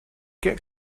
get